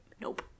nope